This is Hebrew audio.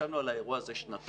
ישבנו על האירוע הזה שנתיים,